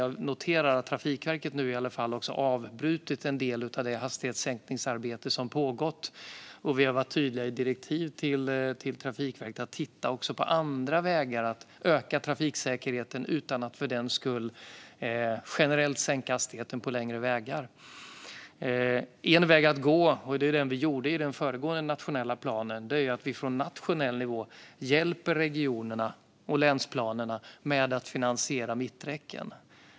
Jag noterar att Trafikverket har avbrutit en del av det hastighetssänkningsarbete som pågått. Vi har varit tydliga i direktiven till Trafikverket - man ska titta på olika sätt att öka trafiksäkerheten utan att för den skull generellt sänka hastigheten på längre vägar. En väg att gå - och det var det vi gjorde i den föregående nationella planen - är att vi från nationell nivå hjälper regionerna och länsplanerna med att finansiera mitträcken.